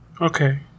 Okay